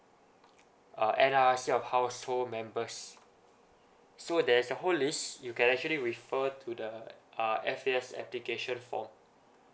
uh NRIC of household members so there is a whole list you can actually refer to the uh F_A_S application form